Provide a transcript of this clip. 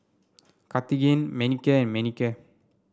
Cartigain Manicare and Manicare